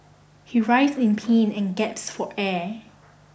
he writhed in pain and gasped for air